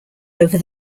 over